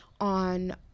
on